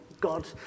God